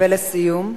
ולסיום?